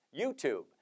YouTube